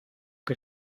que